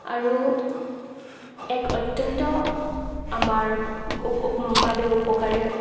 আৰু এক অত্যন্ত আমাৰ বাবে উপকাৰী